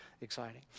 exciting